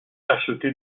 tachetée